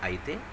అయితే